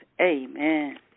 Amen